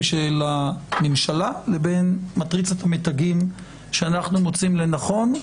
של הממשלה לבין מטריצת המתגים שאנחנו מוצאים לנכון.